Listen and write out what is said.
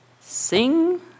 sing